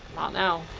not now.